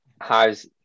how's